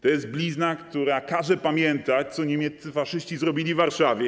To jest blizna, która każe pamiętać, co niemieccy faszyści zrobili Warszawie.